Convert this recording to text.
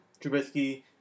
Trubisky